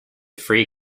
three